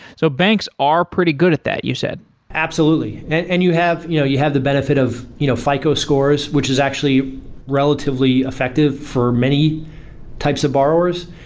so banks are pretty good at that, you said absolutely. and you have you know you have the benefit of you know fico scores, which is actually relatively effective for many types of borrowers.